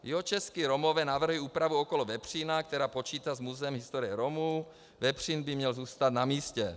Jihočeští Romové navrhují úpravu okolo vepřína, která počítá s Muzeem historie Romů, vepřín by měl zůstat na místě.